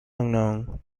unknown